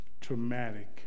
traumatic